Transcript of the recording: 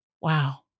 wow